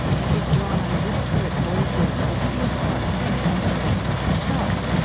and he's drawn on disparate voices as he has sought to make sense of this for himself,